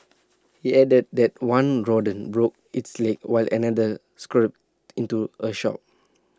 he added that one rodent broke its leg while another scurried into A shop